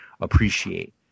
appreciate